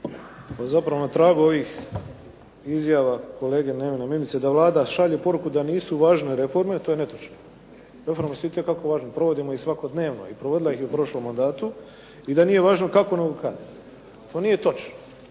Pa zapravo na tragu ovih izjava kolege Nevena Mimice da Vlada šalje poruku da nisu važne reforme to je netočno. Reforme su itekako važne. Provodimo ih svakodnevno i provodila ih je u prošlom mandatu. I da nije važno kako nego kad. To nije točno.